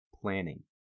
Planning